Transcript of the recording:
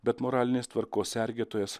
bet moralinės tvarkos sergėtojas